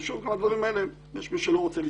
ושוב, גם הדברים האלה, יש מי שלא רוצה לזכור.